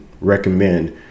recommend